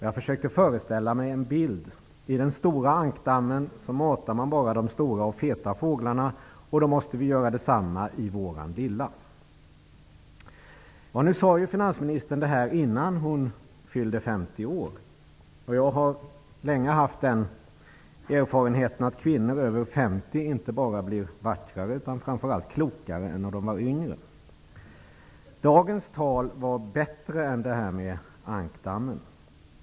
Jag försökte föreställa mig en bild: I den stora ankdammen matar man bara de stora och feta fåglarna, och då måste vi göra detsamma i vår lilla. Nu sade finansministern det här innan hon fyllde 50 år. Jag har länge haft den erfarenheten att kvinnor över 50 inte bara blir vackrare utan också framför allt klokare än när de var yngre. Dagens tal var bättre än det där med ankdammen.